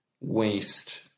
waste